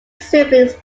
siblings